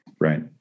right